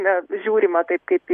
na žiūrima taip kaip